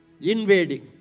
Invading